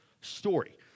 story